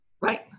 Right